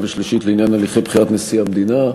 ושלישית לעניין הליכי בחירת נשיא המדינה,